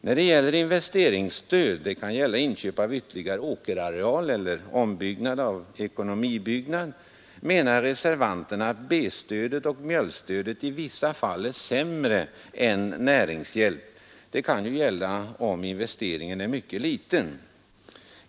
När det gäller investeringsstöd — det kan vara fråga om inköp av ytterligare åkerareal eller ombyggnad av en ekonomibyggnad — menar reservanterna att B-stödet och mjölkstödet i vissa fall är sämre än näringshjälp. Det kan vara fallet om investeringen är mycket liten.